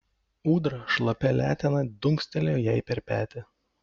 ūdra šlapia letena dunkstelėjo jai per petį